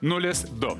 nulis du